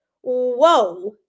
Whoa